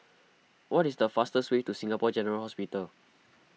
what is the fastest way to Singapore General Hospital